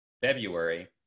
February